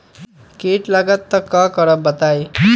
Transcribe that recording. कीट लगत त क करब बताई?